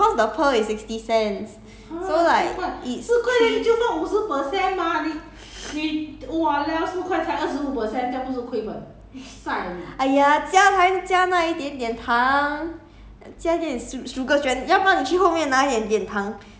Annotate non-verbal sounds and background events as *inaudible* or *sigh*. isn't it normal normal price [what] I think with the pearl cause the pearl is sixty cents so like it's tea *noise* !aiya! 加才加那一点点糖